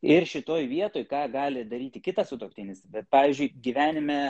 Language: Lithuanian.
ir šitoj vietoj ką gali daryti kitas sutuoktinis pavyzdžiui gyvenime